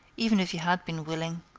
even if you had been willing.